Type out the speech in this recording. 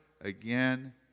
again